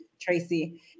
Tracy